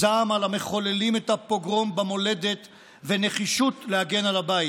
זעם על המחוללים את הפוגרום במולדת ונחישות להגן על הבית,